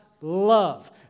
love